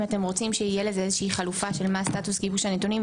אם אתם רוצים שיהיה לזה איזה שהיא חלופה של מה הסטטוס גיבוש הנתונים,